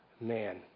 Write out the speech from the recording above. man